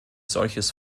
solches